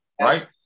right